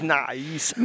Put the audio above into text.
nice